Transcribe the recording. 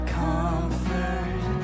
comfort